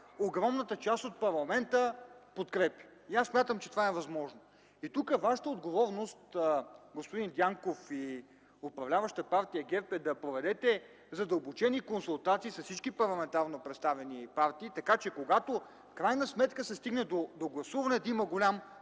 огромната част от парламента подкрепя, и аз смятам, че това е възможно. Тук вашата отговорност, господин Дянков, и управляващата партия ГЕРБ е да проведете задълбочени консултации с всички парламентарно представени партии, така че когато в крайна сметка се стигне до гласуване, да има голям